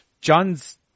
John's